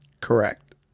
Correct